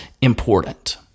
important